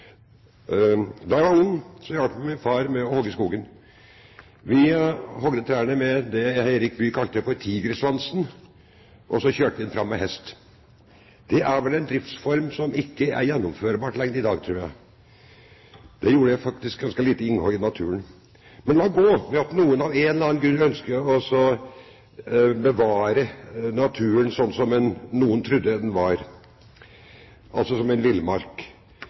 Da jeg var ung, hjalp jeg min far med å hogge i skogen. Vi hogde trærne med det Erik Bye kalte tigersvansen, og så kjørte vi dem fram med hest. Det er vel en driftsform som ikke er gjennomførbar i dag, tror jeg. Det gjorde faktisk et ganske lite innhogg i naturen. Men la gå med at noen av en eller annen grunn nå ønsker å bevare naturen slik som noen trodde den var, altså som en villmark.